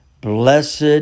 Blessed